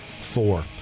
four